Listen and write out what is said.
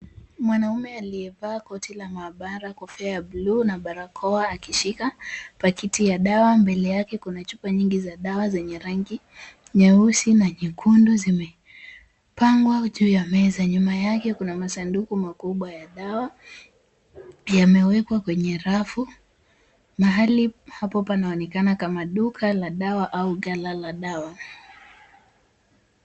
Mwanaume aliyevaa koti la maabara, kofia ya bluu na barakoa akishika pakiti ya dawa mbele yake kuna chupa nyingi za dawa zenye rangi nyeusi na nyekundu zimepangwa juu ya meza. Nyuma yake kuna masanduku makubwa ya dawa yamewekwa kwenye rafu. Mahali hapo panaonekana kama duka la dawa au ghala la dawa.